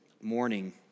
morning